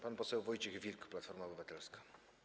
Pan poseł Wojciech Wilk, Platforma Obywatelska.